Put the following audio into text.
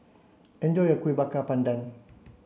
enjoy your Kuih Bakar Pandan